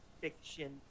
fiction